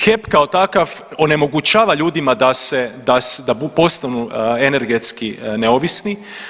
HEP kao takav onemogućava ljudima da postanu energetski neovisni.